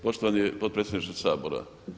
Poštovani potpredsjedniče Sabora.